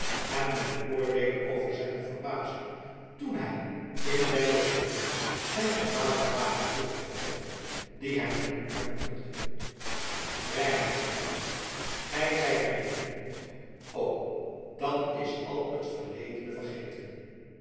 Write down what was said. en men oordeele over zijne verbazing toen hij in zijn beschermer zijn voormaligen wapenbroeder herkende die hem in de armen drukte reinout riep hij gij zijt mijn vriend nog o dan is al het verledene vergeten